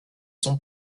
son